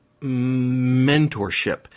mentorship